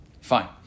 Fine